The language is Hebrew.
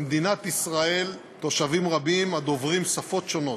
במדינת ישראל תושבים רבים הדוברים שפות שונות,